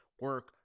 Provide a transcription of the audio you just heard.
Work